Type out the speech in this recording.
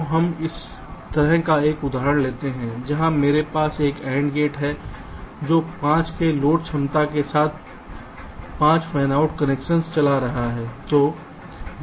तो हम इस तरह का एक उदाहरण लेते हैं जहां मेरे पास एक NAND गेट है जो 5 के लोड क्षमता के साथ 5 फैनआउट कनेक्शन चला रहा है